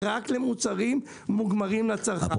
רק למוצרים מוגמרים לצרכן.